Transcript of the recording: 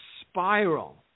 spiral